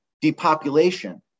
depopulation